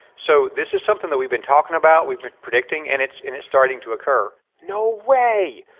so this is something that we've been talking about. we've been predicting and it's and it's starting to occur no way.